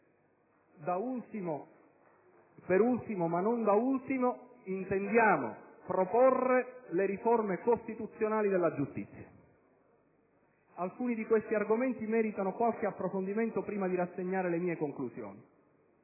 legislativo. Per ultimo, ma non da ultimo, intendiamo proporre le riforme costituzionali della giustizia. Alcuni di questi argomenti meritano qualche approfondimento prima di rassegnare le mie conclusioni.